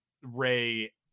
Ray